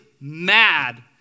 mad